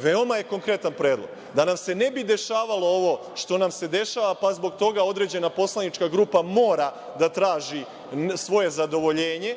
Veoma je konkretan predlog. Dakle, da nam se ne bi dešavalo ovo što nam se dešava, pa zbog toga određena poslanička grupa mora da traži svoje zadovoljenje,